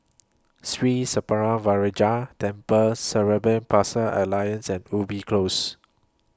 Sri Senpaga Vinayagar Temple Cerebral Palsy Alliance Ubi Close